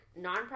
nonprofit